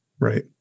Right